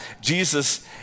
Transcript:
Jesus